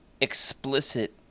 explicit